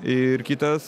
ir kitas